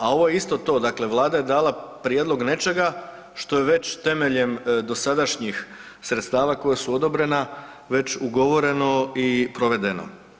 A ovo je isto to, dakle Vlada je dala prijedlog nečega što je već temeljem dosadašnjih sredstava koja su odobrena već ugovoreno i provedeno.